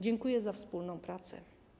Dziękuję za wspólną pracę.